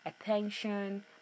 attention